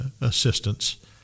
assistance